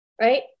right